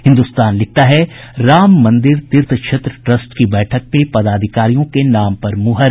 हिन्दुस्तान लिखता है राममंदिर तीर्थ क्षेत्र ट्रस्ट की बैठक में पदाधिकारियों के नाम पर मुहर